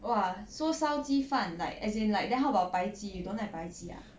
!wah! so 烧鸡饭 like as in like then how about 白鸡 you don't like 白鸡 ah